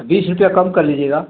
बीस रुपये कम कर लीजिएगा